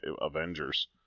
Avengers